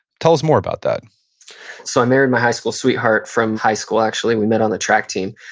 tell us more about that so i married my high school sweetheart from high school, actually. we met on the track team,